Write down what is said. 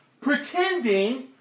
Pretending